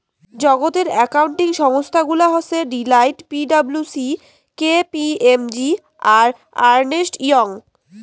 জাগাতের একাউন্টিং সংস্থা গুলা হসে Deloitte, P W C, K P M G, আর আর্নেস্ট ইয়ং